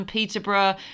Peterborough